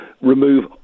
remove